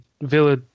Villa –